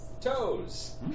toes